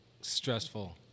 stressful